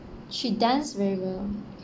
she dance very well